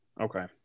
Okay